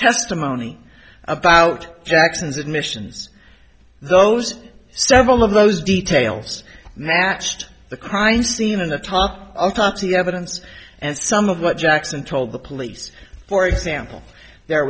testimony about jackson's admissions those several of those details matched the crime scene in the top autopsy evidence and some of what jackson told the police for example there